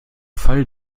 fall